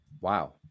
Wow